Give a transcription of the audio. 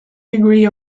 degree